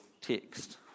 text